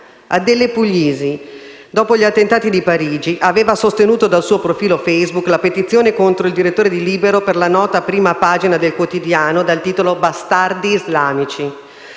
Adele Puglisi, dopo gli attentati di Parigi, aveva sostenuto dal suo profilo Facebook la petizione contro il direttore di «Libero» per la nota prima pagina del quotidiano dal titolo «Bastardi Islamici».